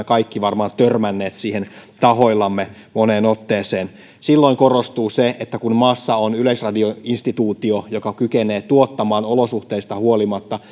kaikki varmaan törmänneet siihen tahoillamme moneen otteeseen silloin korostuu se että maassa on yleisradioinstituutio joka kykenee tuottamaan olosuhteista huolimatta